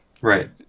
right